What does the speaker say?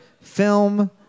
film